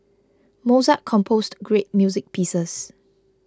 Mozart composed great music pieces